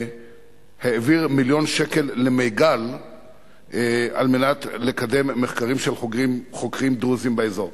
העביר מיליון שקל למיג"ל על מנת לקדם מחקרים של חוקרים דרוזים באזור.